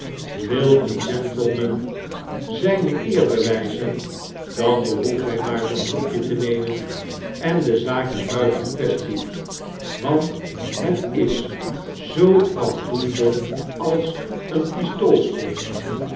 wil een gentleman zijne eer bewijzen dan behoeft hij maar zoo'n koekje te nemen en de zaak is buiten quaestie want het is zoo afdoende als een